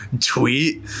tweet